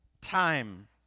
time